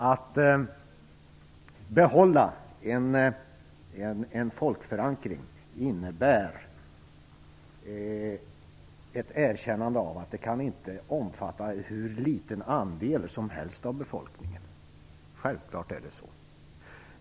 Att behålla en folkförankring innebär ett erkännande av att försvaret inte kan omfatta hur liten andel som helst av befolkningen. Självfallet är det så.